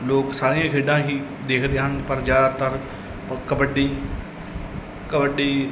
ਲੋਕ ਸਾਰੀਆਂ ਖੇਡਾਂ ਹੀ ਦੇਖਦੇ ਹਨ ਪਰ ਜ਼ਿਆਦਾਤਰ ਪ ਕਬੱਡੀ ਕਬੱਡੀ